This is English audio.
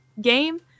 game